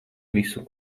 visu